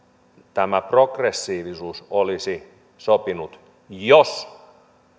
tämä progressiivisuus olisi siis sopinut jos